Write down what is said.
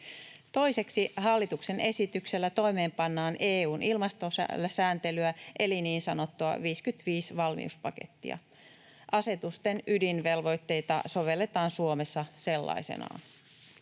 Toiseksi, hallituksen esityksellä toimeenpannaan EU:n ilmastosääntelyä eli niin sanottua 55-valmiuspakettia. Asetusten ydinvelvoitteita sovelletaan Suomessa sellaisenaan.